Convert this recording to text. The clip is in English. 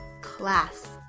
class